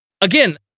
Again